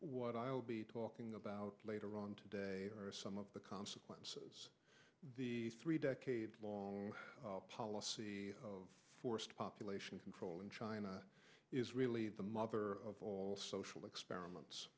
what i'll be talking about later on today some of the consequences the three decade long policy of forced population control in china is really the mother of all social experiments